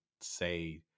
say –